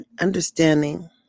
understanding